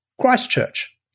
Christchurch